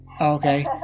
Okay